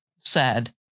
sad